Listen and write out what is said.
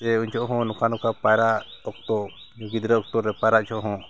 ᱥᱮ ᱩᱱ ᱡᱚᱦᱚᱜ ᱦᱚᱸ ᱱᱚᱝᱠᱟ ᱱᱚᱝᱠᱟ ᱯᱟᱭᱨᱟᱜ ᱚᱠᱛᱚ ᱜᱤᱫᱽᱨᱟᱹ ᱚᱠᱛᱚ ᱨᱮ ᱯᱟᱭᱨᱟᱜ ᱡᱚᱠᱷᱮᱡ ᱦᱚᱸ